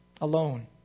alone